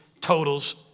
totals